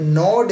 no